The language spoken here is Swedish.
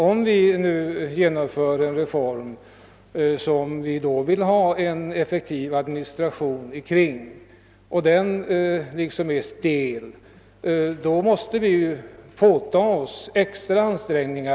Om vi nu genomför en reform som förefaller att vara stel men i fråga om vilken vi vill få till stånd en effektiv administration, måste vi göra extra ansträngningar.